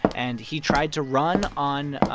and he tried to run on,